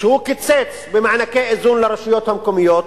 כשהוא קיצץ במענקי איזון לרשויות המקומיות,